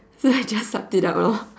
so I just sucked it up lor